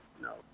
no